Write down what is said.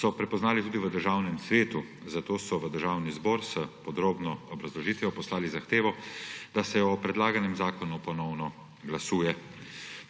so prepoznali tudi v Državnem svetu, zato so v Državni zbor s podrobno obrazložitvijo poslali zahtevo, da se o predlaganem zakonu ponovno glasuje.